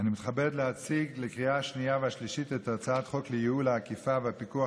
התקבלה בקריאה השנייה והשלישית ותיכנס לספר